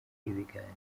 ibiganiro